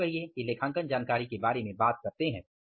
फिर हम कहिये कि लेखांकन जानकारी के बारे में बात करते हैं